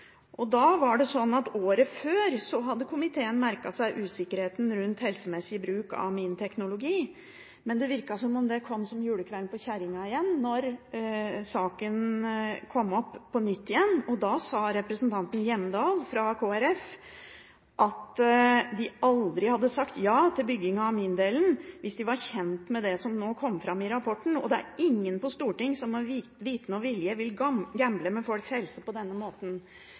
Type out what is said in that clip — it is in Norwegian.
kjerringa da saken kom opp på nytt, og da sa representanten Hjemdal fra Kristelig Folkeparti at de aldri hadde sagt ja til bygging av amindelen hvis de hadde vært kjent med det som kom fram i rapporten. «Det er ingen på Stortinget som med vitende og vilje gambler med folks helse på denne måten»,